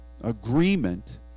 agreement